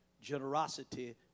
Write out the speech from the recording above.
generosity